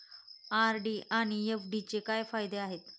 RD आणि एफ.डीचे काय फायदे आहेत?